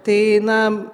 tai na